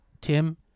Tim